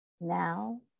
now